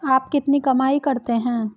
आप कितनी कमाई करते हैं?